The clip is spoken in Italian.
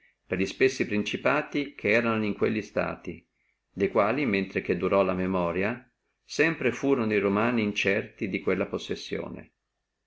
li spessi principati che erano in quelli stati de quali mentre durò la memoria sempre ne furono e romani incerti di quella possessione